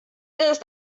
ist